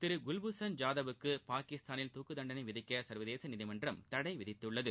திரு குவ்பூஷன் ஜாதவுக்கு பாகிஸ்தானில் துக்கு தண்டணை விதிக்க சர்வதேச நீதிமன்றம் தடை விதித்துள்ளது